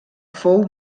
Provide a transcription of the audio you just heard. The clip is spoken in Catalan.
fou